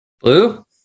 Blue